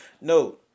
No